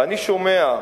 ואני שומע,